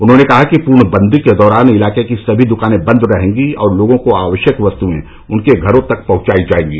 उन्होंने कहा कि पूर्ण बंदी के दौरान इलाके की समी द्कानें बंद रहेंगी और लोगों को आवश्यक वस्तुएं उनके घरों तक पहुंचायी जाएंगी